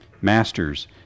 Masters